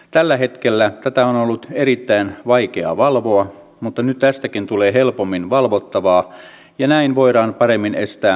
tällä hetkellä tätä on ollut erittäin vaikea valvoa mutta nyt tästäkin tulee helpommin valvottavaa ja näin voidaan paremmin estää harmaata taloutta